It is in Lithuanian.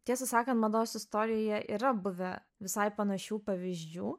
tiesą sakant mados istorijoje yra buvę visai panašių pavyzdžių